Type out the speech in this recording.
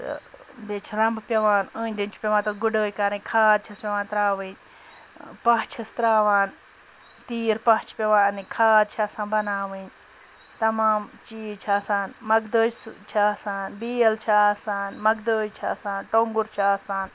تہٕ بیٚیہِ چھِ رَمبہٕ پٮ۪وان أنٛدۍ أنٛدۍ چھِ پٮ۪وان تَتھ گُڈٲے کَرٕنۍ کھاد چھَس پٮ۪وان ترٛاوٕنۍ پاہ چھِس ترٛاوان تیٖر پاہ چھِ پٮ۪وان اَنٕنۍ کھاد چھِ آسان بَناوٕنۍ تَمام چیٖز چھِ آسان مَکدٲج چھِ آسان بیل چھِ آسان مَکدٲج چھِ آسان ٹۄنٛگُر چھُ آسان